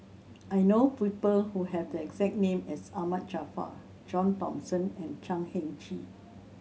I know people who have the exact name as Ahmad Jaafar John Thomson and Chan Heng Chee